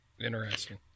Interesting